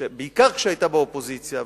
בעיקר כשהיתה באופוזיציה,